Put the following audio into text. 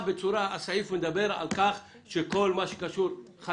הסעיף מדבר על כך שכל מה שקשור בתכנית הלימודים,